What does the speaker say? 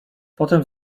potem